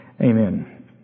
Amen